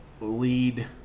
lead